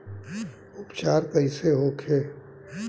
उपचार कईसे होखे?